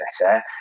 better